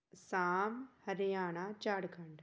Assam Haryana Jharkhand